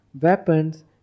weapons